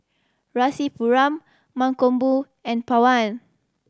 Rasipuram Mankombu and Pawan